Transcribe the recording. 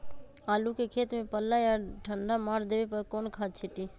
आलू के खेत में पल्ला या ठंडा मार देवे पर कौन खाद छींटी?